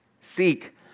seek